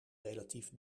relatief